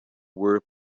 were